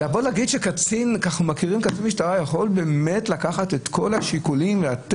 קצין משטרה יכול באמת לקחת את כל השיקולים והוא